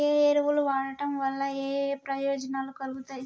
ఏ ఎరువులు వాడటం వల్ల ఏయే ప్రయోజనాలు కలుగుతయి?